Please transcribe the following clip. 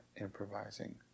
improvising